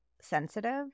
sensitive